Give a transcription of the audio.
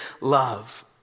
love